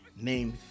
Name